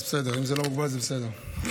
אם זה לא מוגבל, זה בסדר.